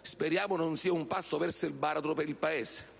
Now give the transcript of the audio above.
Speriamo non sia un passo verso il baratro per il Paese.